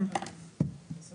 אפשר